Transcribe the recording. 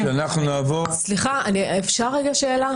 אנחנו נחזיר את זה לוועדת שרים.